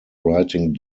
writing